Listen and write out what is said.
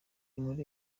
inkuru